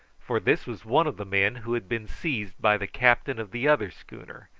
for this was one of the men who had been seized by the captain of the other schooner,